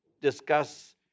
discuss